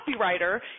copywriter